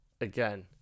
again